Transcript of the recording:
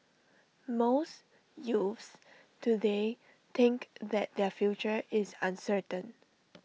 most youths today think that their future is uncertain